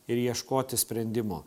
ir ieškoti sprendimo